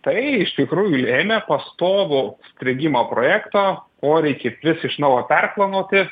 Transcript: tai iš tikrųjų lėmė pastovų strigimo projekto poreikį plius iš naujo perplanuoti